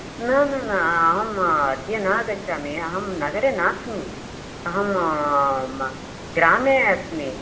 न न न अहम् अद्य न आगच्छमि अहं नगरे नास्मि अहं ग्रामे अस्मि